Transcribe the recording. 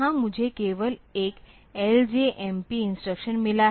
यहां मुझे केवल एक LJMP इंस्ट्रक्शन मिला है